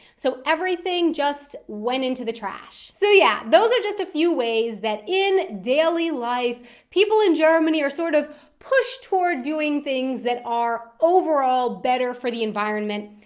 so everything just went into the trash. so yeah, those are just a few ways that in daily life people in germany are sort of pushed toward doing things that are overall better for the environment,